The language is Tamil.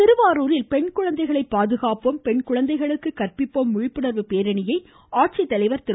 திருவாரூரில் பெண் குழந்தைகளை பாதுகாப்போம் பெண் குழந்தைகளுக்கு கற்பிப்போம் விழிப்புணர்வு பேரணியை ஆட்சித்தலைவர் திரு